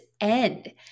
end